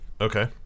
Okay